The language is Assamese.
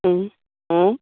ও অঁ